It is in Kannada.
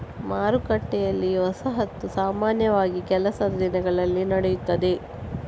ಮಾರುಕಟ್ಟೆಯಲ್ಲಿ, ವಸಾಹತು ಸಾಮಾನ್ಯವಾಗಿ ಕೆಲಸದ ದಿನಗಳಲ್ಲಿ ನಡೆಯುತ್ತದೆ